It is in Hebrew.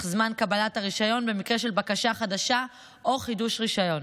זמן קבלת הרישיון במקרה של בקשה חדשה או חידוש רישיון.